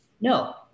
No